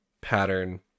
pattern